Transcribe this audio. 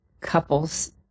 couples